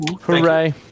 Hooray